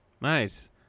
Nice